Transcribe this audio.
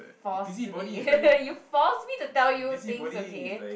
force me you force me to tell you things okay